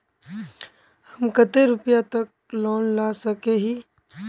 हम कते रुपया तक लोन ला सके हिये?